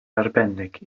arbennig